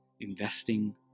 investing